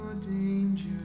danger